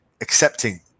Accepting